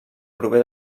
prové